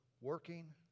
working